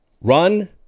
run